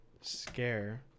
scare